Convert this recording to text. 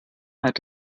hat